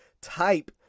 type